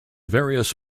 various